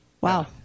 Wow